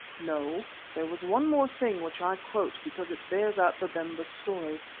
no, there was one more thing which i quote because it bears out babemba's story.